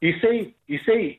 jisai jisai